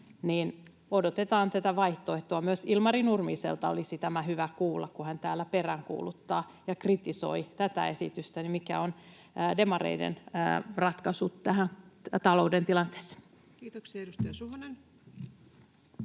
Odotetaan tätä vaihtoehtoa. Myös Ilmari Nurmiselta olisi tämä hyvä kuulla, kun hän täällä peräänkuuluttaa ja kritisoi tätä esitystä, mikä on demareiden ratkaisu tähän talouden tilanteeseen. [Speech 138] Speaker: